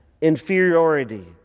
inferiority